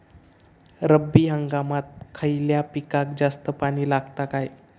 रब्बी हंगामात खयल्या पिकाक जास्त पाणी लागता काय?